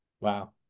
Wow